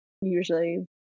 usually